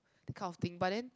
that kind of thing but then